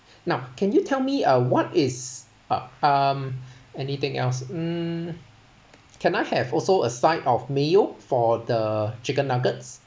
now can you tell me uh what is um anything else mm can I have also a side of mayo for the chicken nuggets